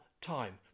time